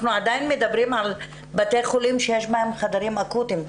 אנחנו עדיין מדברים על בתי חולים שיש בהם חדרים אקוטיים.